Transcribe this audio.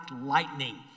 lightning